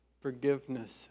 forgiveness